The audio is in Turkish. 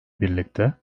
birlikte